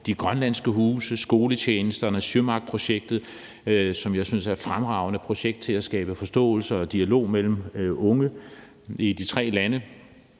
de grønlandske huse, skoletjenesterne, Sjómaqprojektet, som jeg synes er et fremragende projekt til at skabe forståelse og dialog mellem unge i de tre lande,